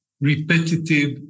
repetitive